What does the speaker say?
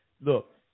Look